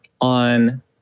on